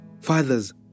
fathers